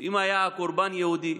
אם היה קורבן יהודי,